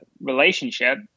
relationship